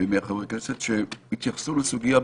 ומחברי הכנסת שהתייחסו לסוגיה,